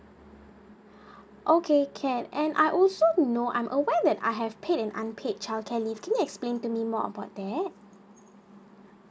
okay can and I also know I'm aware that I have paid and unpaid childcare leave can you explain to me more about that